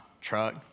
truck